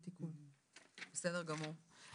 בסדר גמור.